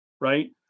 right